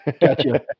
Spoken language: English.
Gotcha